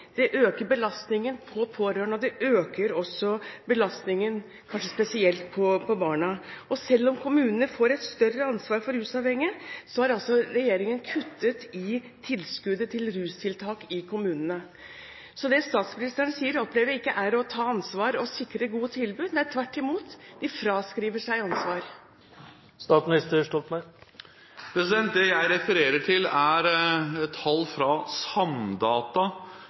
Det øker belastningen på de pårørende, og kanskje spesielt på barna. Og selv om kommunene får et større ansvar for rusavhengige, har altså regjeringen kuttet i tilskuddet til rustiltak i kommunene. Så jeg opplever ikke at det statsministeren sier, er å ta ansvar og sikre gode tilbud. Tvert imot – de fraskriver seg ansvar. Det jeg refererer til, er tall fra Samdata